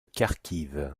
kharkiv